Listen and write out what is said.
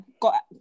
got